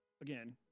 again